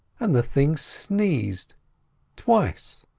and the thing sneezed twice.